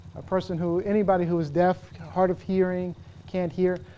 a person who anybody who is death hard of hearing can't hear